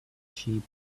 sheep